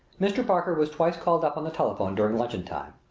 mr. parker was twice called up on the telephone during luncheon time.